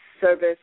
service